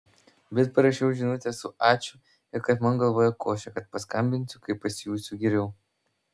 bet parašiau žinutę su ačiū ir kad man galvoje košė kad paskambinsiu kai pasijusiu geriau